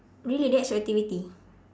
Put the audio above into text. really that's your activity